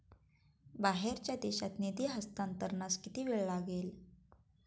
बाहेरच्या देशात निधी हस्तांतरणास किती वेळ लागेल?